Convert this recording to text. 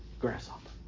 Grasshopper